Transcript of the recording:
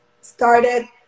started